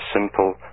simple